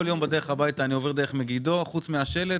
כל יום בדרך הביתה אני עובר דרך מגידו וחוץ מהשלט,